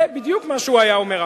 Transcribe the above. זה בדיוק מה שהוא היה אומר עכשיו.